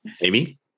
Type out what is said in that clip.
Amy